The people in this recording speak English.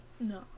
No